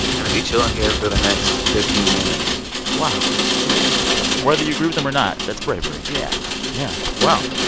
going to be chilling here for the next fifteen minutes wow yeah whether you agree with him or not, that's bravery yeah yeah. wow.